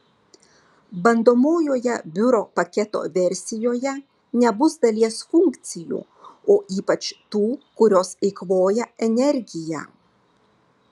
bandomojoje biuro paketo versijoje nebus dalies funkcijų o ypač tų kurios eikvoja energiją